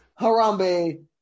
Harambe